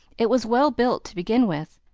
it was well built to begin with.